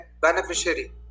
Beneficiary